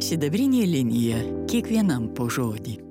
sidabrinė linija kiekvienam po žodį